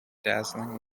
dazzling